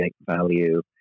value